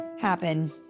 happen